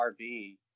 RV